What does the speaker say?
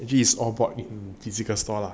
is all bought in physical store lah